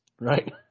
right